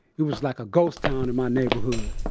it was like a ghost town in my neighborhood,